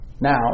now